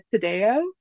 Tadeo